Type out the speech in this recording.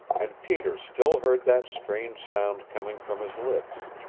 and peter still heard that strange sound coming from his lips,